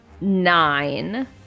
Nine